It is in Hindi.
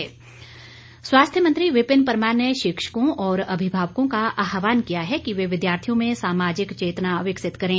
विपिन परमार स्वास्थ्य मंत्री विपिन परमार ने शिक्षकों और अभिभावकों का आहवान किया है कि वे विद्यार्थियों में सामाजिक चेतना विकसित करें